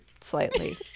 slightly